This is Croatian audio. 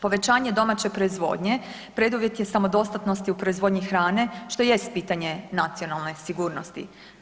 Povećanje domaće proizvodnje preduvjet samodostatnosti u proizvodnji hrane što jest pitanje nacionalne sigurnosti.